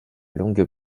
longue